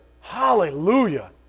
Hallelujah